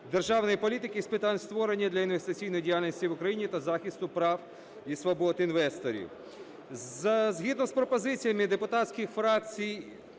державної політики з питань створення для інвестиційної діяльності в Україні та захисту прав і свобод інвесторів.